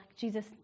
Jesus